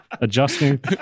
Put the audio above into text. adjusting